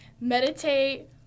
meditate